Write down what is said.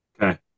Okay